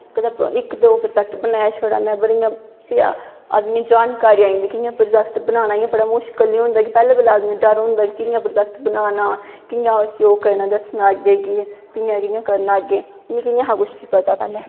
कदैं इक दो प्रोजैक्ट बनाया शड़ा में फ्ही आदमीं गी जानकारी आई जंदी कियां प्रौजैक्ट बनाना बड़ा मुश्कल नी होंदा पैह्लैं पैह्लैं डर होंदा कि कियां प्रोजैक्ट बनाना कियां ओह् दस्सना अग्गैं कियां कियां करनां अग्गैं मिगी नेंहा पता कुश बी पैह्लैं